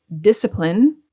discipline